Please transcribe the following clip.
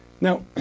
Now